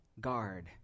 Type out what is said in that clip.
guard